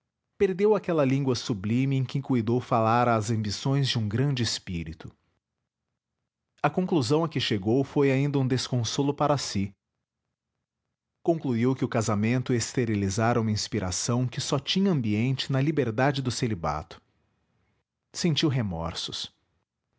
perdeu aquela língua sublime em que cuidou falar às ambições de um grande espírito a conclusão a que chegou foi ainda um